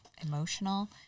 emotional